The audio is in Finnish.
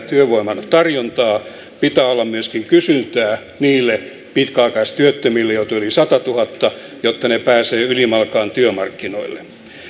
työvoiman tarjontaa pitää olla myöskin kysyntää niille pitkäaikaistyöttömille joita on jo yli satatuhatta jotta he pääsevät ylimalkaan työmarkkinoille